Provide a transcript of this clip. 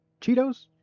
Cheetos